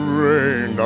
rain